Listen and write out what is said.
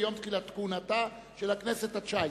ביום תחילת כהונתה של הכנסת ה-19".